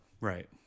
right